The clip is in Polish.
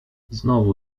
znowu